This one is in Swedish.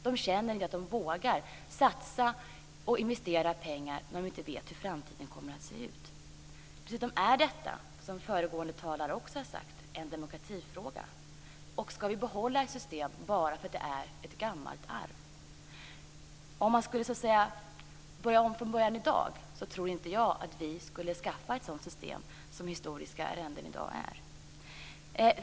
De känner inte att de vågar satsa och investera pengar när de inte vet hur framtiden kommer att se ut. Dessutom är detta, som föregående talare också har sagt, en demokratifråga. Skall vi behålla ett system bara för att det är ett gammalt arv? Om man skulle börja om från början i dag, tror jag inte att vi skulle införa ett sådant system med historiska arrenden.